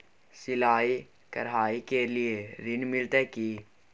सिलाई, कढ़ाई के लिए ऋण मिलते की?